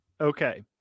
Okay